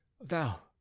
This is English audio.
thou